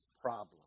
problem